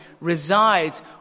resides